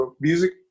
music